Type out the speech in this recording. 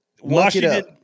Washington